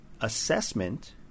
assessment